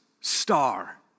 star